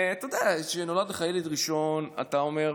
כשנולד לך ילד ראשון אתה אומר: